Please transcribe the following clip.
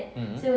mm mm